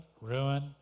ruin